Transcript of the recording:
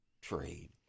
trade